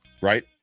right